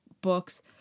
books